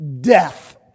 death